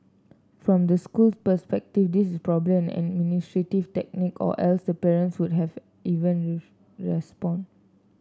from the school's perspective this is probably an administrative tactic or else the parents would have even respond